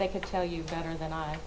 they could tell you better than i